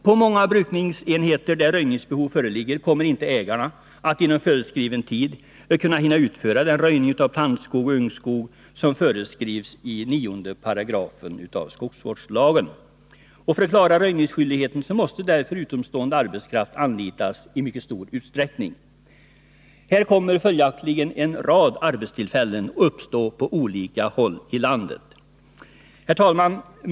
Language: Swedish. På många brukningsenheter där röjningsbehov föreligger kommer inte ägarna att inom föreskriven tid hinna utföra den röjning av plantskog eller ungskog som föreskrivs i 9 § skogsvårdslagen. För att man skall klara röjningsskyldigheten måste därför utomstående arbetskraft anlitas i mycket stor utsträckning. Här kommer följaktligen en rad arbetstillfällen att uppstå på olika håll i landet. Herr talman!